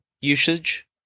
usage